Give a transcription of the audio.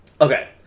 Okay